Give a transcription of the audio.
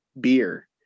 beer